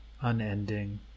unending